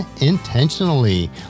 intentionally